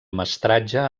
mestratge